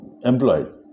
employed